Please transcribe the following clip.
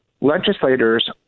legislators